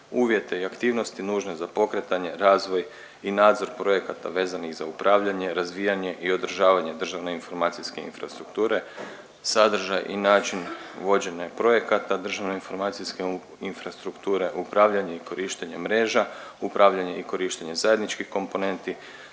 uvjete i aktivnosti nužne za pokretanje, razvoj i nadzor projekata vezanih za upravljanje, razvijanje i održavanje državne informacijske infrastrukture, sadržaj i način vođenja projekata državne informacijske infrastrukture, upravljanje i korištenje mreža, upravljanje i korištenje zajedničkih komponenti,